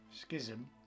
Schism